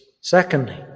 Secondly